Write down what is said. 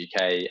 UK